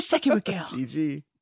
GG